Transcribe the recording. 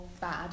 bad